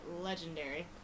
legendary